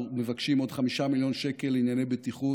מבקשים עוד 5 מיליון שקל לענייני בטיחות.